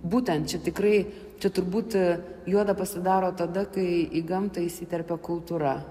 būtent čia tikrai čia turbūt juoda pasidaro tada kai į gamtą įsiterpia kultūra